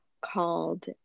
called